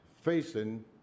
facing